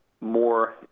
more